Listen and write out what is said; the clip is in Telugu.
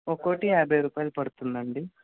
ఒక్కోటి యాభై రూపాయలు పడుతుందండీ